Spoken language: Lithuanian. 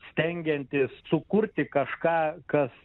stengiantis sukurti kažką kas